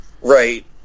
Right